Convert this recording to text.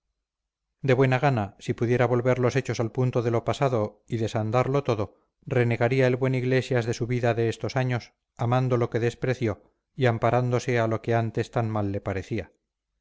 de buena gana si pudiera volver los hechos al punto de lo pasado y desandarlo todo renegaría el buen iglesias de su vida de estos años amando lo que despreció y amparándose a lo que antes tan mal le parecía